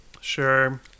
sure